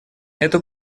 эту